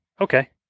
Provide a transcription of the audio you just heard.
Okay